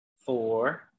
four